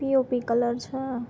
POP colour છે